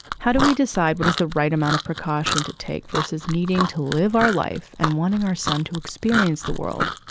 how do we decide what is the right amount of precaution to take versus needing to live our life and wanting our son to experience the world?